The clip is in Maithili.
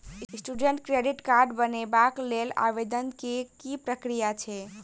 स्टूडेंट क्रेडिट कार्ड बनेबाक लेल आवेदन केँ की प्रक्रिया छै?